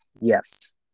Yes